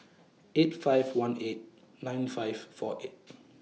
eight five one eight nine five four eight